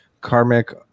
Karmic